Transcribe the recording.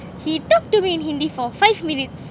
he talk to me in hindi for five minutes